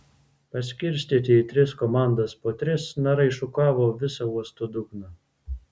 paskirstyti į tris komandas po tris narai šukavo visą uosto dugną